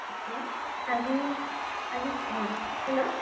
তাকে আজি আজি অঁ হেল্ল'